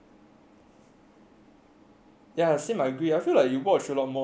ya same I agree I feel like you watch a lot more on Youtube sia at least for me